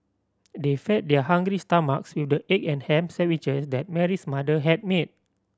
they fed their hungry stomachs with the egg and ham sandwiches that Mary's mother had made